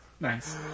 Nice